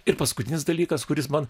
ir paskutinis dalykas kuris man